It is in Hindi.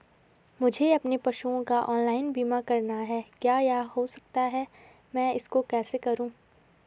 मुझे अपने पशुओं का ऑनलाइन बीमा करना है क्या यह हो सकता है मैं इसको कैसे करूँ?